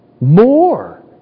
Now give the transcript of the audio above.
More